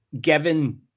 given